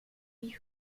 die